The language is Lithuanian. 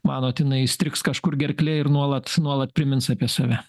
manot jinai įstrigs kažkur gerklėj ir nuolat nuolat primins apie save